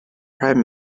prime